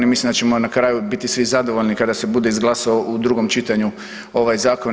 Ja mislim da ćemo na kraju biti svi zadovoljni kada se bude izglasao u drugom čitanju ovaj zakon.